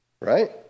right